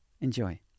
enjoy